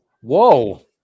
Whoa